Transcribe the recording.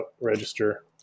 register